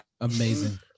amazing